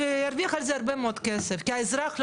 שהרוויח על זה הרבה מאוד כסף כי האזרח לא